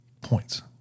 Points